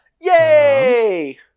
Yay